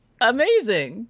Amazing